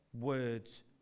words